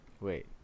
wait